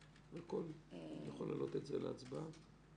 אני יכול להעלות את זה להצבעה?